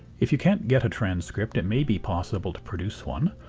if you can't get a transcript it may be possible to produce one.